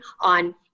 on